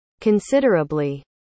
considerably